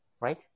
Right